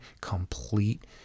complete